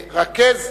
לרכז,